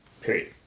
Period